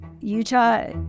Utah